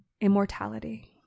immortality